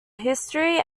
history